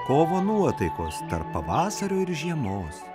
kovo nuotaikos tarp pavasario ir žiemos